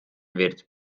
wird